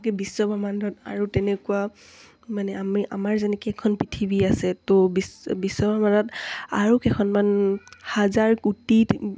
বিশ্বব্ৰহ্মাণ্ডত আৰু তেনেকুৱা মানে আমি আমাৰ যেনেকৈ এখন পৃথিৱী আছে ত' বিশ্ব বিশ্বব্ৰহ্মাণ্ডত আৰু কেইখনমান হাজাৰ কোটিত